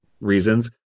reasons